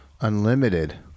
unlimited